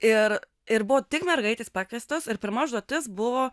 ir ir buvo tik mergaitės pakviestos ir pirma užduotis buvo